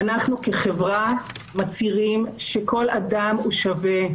אנחנו כחברה מצהירים שכל אדם הוא שווה,